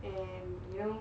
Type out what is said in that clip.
um you know